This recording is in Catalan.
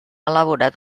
elaborat